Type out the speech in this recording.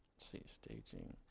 see, staging.